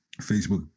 Facebook